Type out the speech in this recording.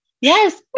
yes